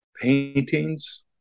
Paintings